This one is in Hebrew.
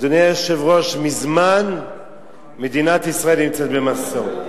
אדוני היושב-ראש, מזמן מדינת ישראל נמצאת במצור.